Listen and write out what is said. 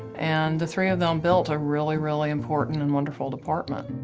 and the three of them built a really, really important and wonderful department.